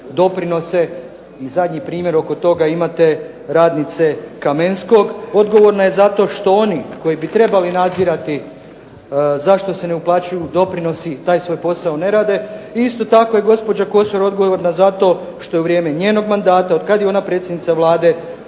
doprinose i zadnji primjer oko toga imate radnice Kamenskog. Odgovorna je zato što oni koji bi trebali nadzirati zašto se ne uplaćuju doprinosi taj svoj posao ne rade i isto tako je gospođa Kosor odgovorna zato što je u vrijeme njenog mandata otkad je ona predsjednica Vlade